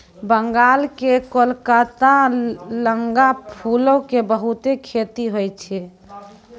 बंगाल के कोलकाता लगां फूलो के बहुते खेती होय छै